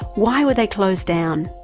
why were they closed down?